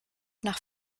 nach